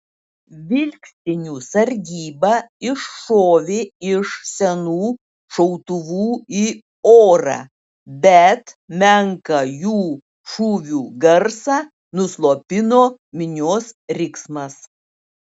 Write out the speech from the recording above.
vilkstinių sargyba iššovė iš senų šautuvų į orą bet menką jų šūvių garsą nuslopino minios riksmas